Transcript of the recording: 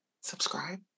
subscribe